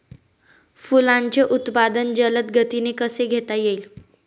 फुलांचे उत्पादन जलद गतीने कसे घेता येईल?